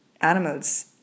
animals